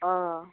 অঁ